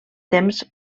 temps